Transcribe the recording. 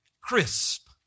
crisp